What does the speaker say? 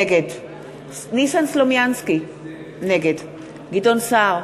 נגד ניסן סלומינסקי, נגד גדעון סער,